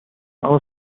اما